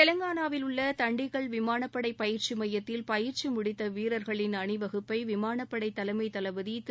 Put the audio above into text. தெலங்கானாவில் உள்ள தண்டிகல் விமானப்படை பயிற்சி மையத்தில் பயிற்சி முடித்த வீரர்களின் அணிவகுப்பை விமானப்படை தலைமை தளபதி திரு